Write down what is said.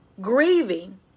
grieving